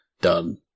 done